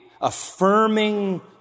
affirming